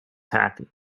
happy